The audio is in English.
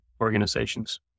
organizations